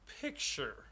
picture